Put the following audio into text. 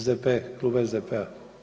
SDP, Klub SDP-a.